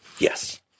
Yes